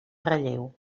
relleu